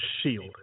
shield